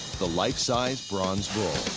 the life-size bronze bull.